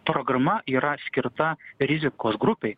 programa yra skirta rizikos grupei